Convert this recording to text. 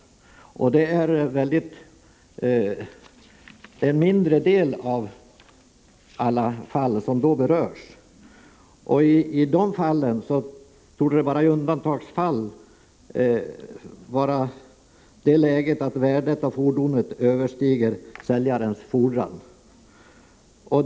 Det är en mindre del av alla fall som då berörs, och i de fallen borde värdet av fordonet bara undantagsvis överstiga säljarens fordran.